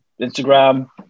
Instagram